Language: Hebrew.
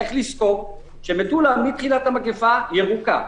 צריך לזכור שמטולה מתחילת המגפה ירוקה.